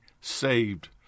saved